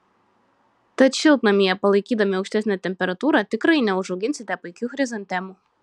tad šiltnamyje palaikydami aukštesnę temperatūrą tikrai neužauginsite puikių chrizantemų